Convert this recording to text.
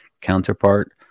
counterpart